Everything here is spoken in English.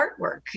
artwork